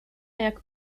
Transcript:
jak